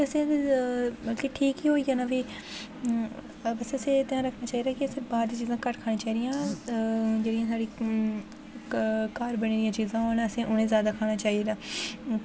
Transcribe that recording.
असें मतलब ठीक ई होई जाना फ्ही अपना सेह्त दा ध्यान रखना चाहि्दा कि असें बाह्र दियां चीज़ां घट्ट खानी चाही दियां ते जेह्ड़ी साढ़ी घर बनी दियां चीज़ां होन असें उ'नें ई जादा खाना चाहि्दा